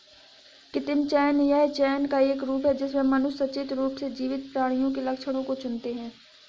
कृत्रिम चयन यह चयन का एक रूप है जिससे मनुष्य सचेत रूप से जीवित प्राणियों के लक्षणों को चुनते है